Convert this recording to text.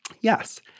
Yes